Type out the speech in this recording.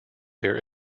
their